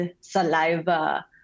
saliva